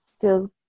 feels